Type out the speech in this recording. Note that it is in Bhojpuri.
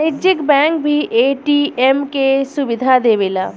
वाणिज्यिक बैंक भी ए.टी.एम के सुविधा देवेला